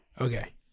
Okay